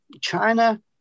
china